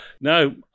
No